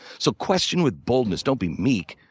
so question with boldness. don't be meek.